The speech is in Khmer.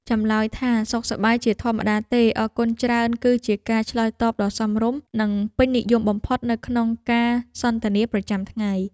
ចម្លើយថាសុខសប្បាយជាធម្មតាទេអរគុណច្រើនគឺជាការឆ្លើយតបដ៏សមរម្យនិងពេញនិយមបំផុតនៅក្នុងការសន្ទនាប្រចាំថ្ងៃ។